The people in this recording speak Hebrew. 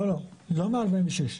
לא, לא מה-46.